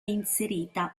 inserita